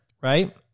right